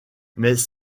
mais